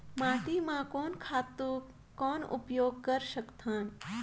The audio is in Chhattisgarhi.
माटी म कोन खातु कौन उपयोग कर सकथन?